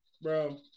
Bro